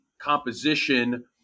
composition